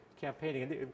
campaigning